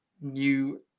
new